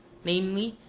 namely,